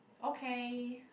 okay